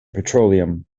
petroleum